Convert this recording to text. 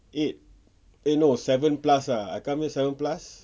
eight eh no seven plus ah I come here seven plus